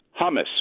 Hummus